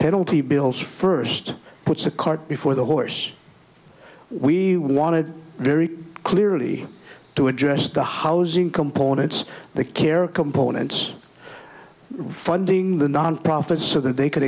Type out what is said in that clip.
penalty bills first puts the cart before the horse we wanted very clearly to address the housing components the care components funding the nonprofits so that they c